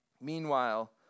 Meanwhile